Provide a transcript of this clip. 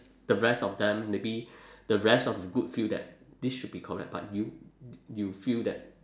the rest of them maybe the rest of the group feel that this should be correct but you you feel that